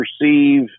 perceive